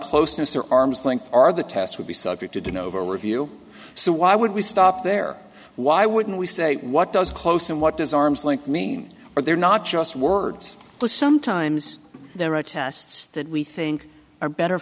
closeness or arms length are the test would be subject to denote a review so why would we stop there why wouldn't we say what does close and what does arm's length mean are there not just words sometimes there are tests that we think are better